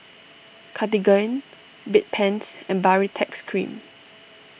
Cartigain Bedpans and Baritex Cream